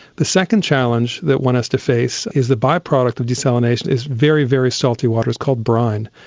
the second challenge that one has to face is the by-product of desalination is very, very salty water, it's called brine.